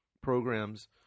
programs